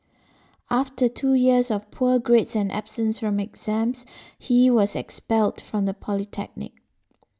after two years of poor grades and absence exams he was expelled from the polytechnic